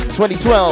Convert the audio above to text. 2012